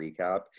recap